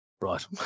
Right